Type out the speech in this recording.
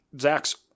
Zach's